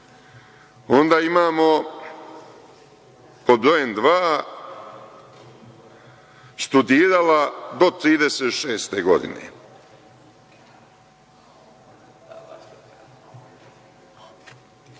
Onda imamo, pod brojem dva, studirala do 36. godine,